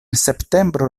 septembro